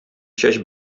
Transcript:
чәч